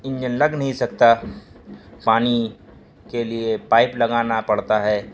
engine لگ نہیں سکتا پانی کے لیے پائپ لگانا پڑتا ہے